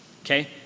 Okay